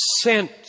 sent